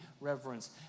reverence